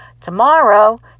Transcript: tomorrow